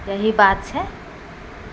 यही बात छै